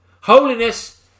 Holiness